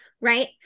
right